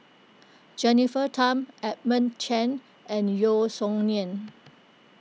Jennifer Tham Edmund Chen and Yeo Song Nian